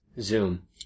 Zoom